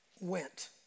went